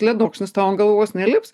ledokšnis tau ant galvos nelips